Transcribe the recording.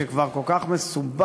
שכבר כל כך מסובך,